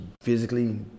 physically